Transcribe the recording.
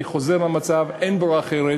אני חוזר למצב, אין ברירה אחרת.